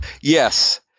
Yes